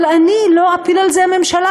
אבל אני לא אפיל על זה ממשלה,